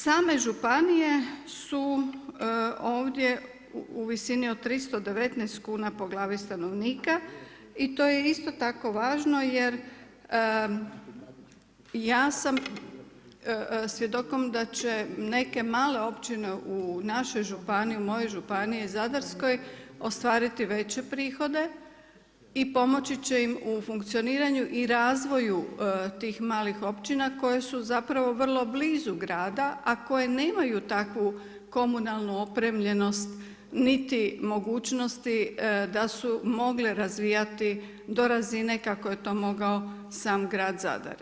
Same županije su u visini od 319 kuna po glavi stanovnika i to je isto tako važno jer ja sam svjedokom da će neke male općine u našoj županiji u mojoj županiji Zadarskoj ostvariti veće prihode i pomoći će im u funkcioniranju i razvoju tih malih općina koje su vrlo blizu grada, a koje nemaju takvu komunalnu opremljenost niti mogućnosti da su mogle razvijati do razine kako je to mogao sam grad Zadar.